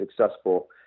successful